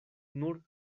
nur